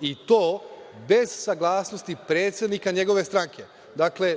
i to bez saglasnosti predsednika njegove stranke. Dakle,